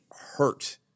hurt